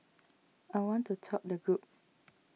I want to top the group